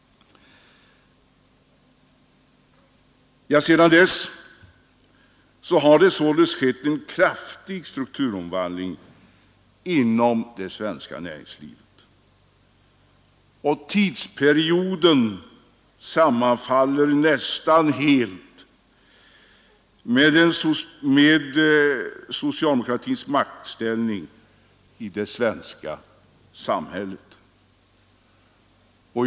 Sedan dess har det således skett en kraftig strukturomvandling inom det svenska näringslivet. Tidsperioden sammanfaller nästan helt med socialdemokratins maktställning i det svenska samhället.